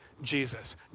Jesus